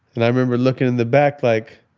and i remember looking in the back, like,